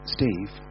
Steve